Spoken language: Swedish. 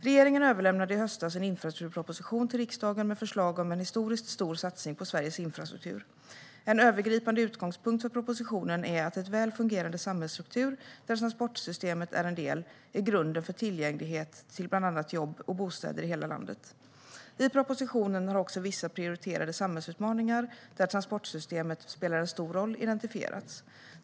Regeringen överlämnade i höstas en infrastrukturproposition till riksdagen med förslag om en historiskt stor satsning på Sveriges infrastruktur. En övergripande utgångspunkt för propositionen är att en väl fungerande samhällsstruktur, där transportsystemet är en del, är grunden för tillgänglighet till bland annat jobb och bostäder i hela landet. I propositionen har också vissa prioriterade samhällsutmaningar, där transportsystemet spelar en stor roll, identifierats.